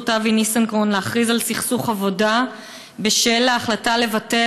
אבי ניסנקורן להכריז על סכסוך עבודה בשל ההחלטה לבטל,